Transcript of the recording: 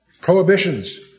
prohibitions